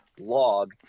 log